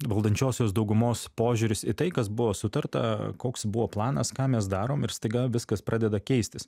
valdančiosios daugumos požiūris į tai kas buvo sutarta koks buvo planas ką mes darom ir staiga viskas pradeda keistis